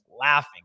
laughing